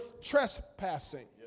trespassing